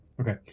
Okay